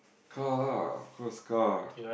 car lah of course car